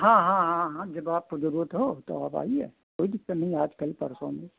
हाँ हाँ हाँ हाँ जब आपको ज़रूरत हो तब आप आइए कोई दिक़्क़त नहीं आज कल परसों में